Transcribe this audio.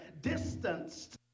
distanced